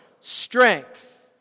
strength